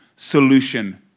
solution